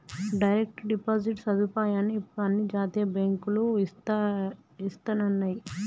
direct deposit సదుపాయాన్ని ఇప్పుడు అన్ని జాతీయ బ్యేంకులూ ఇస్తన్నయ్యి